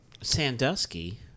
Sandusky